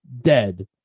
dead